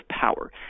power